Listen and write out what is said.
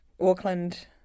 Auckland